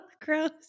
gross